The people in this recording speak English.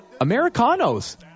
Americanos